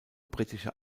britische